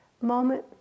Moment